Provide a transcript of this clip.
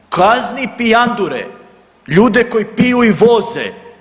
Kazni pijandure, ljude koji piju i voze.